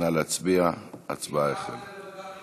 וזה בהסכמת